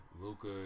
Luca